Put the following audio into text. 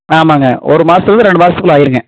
ஆமாம்ங்க ஒரு மாதத்துலேந்து ரெண்டு மாதத்துக்குள்ள ஆயிரும்ங்க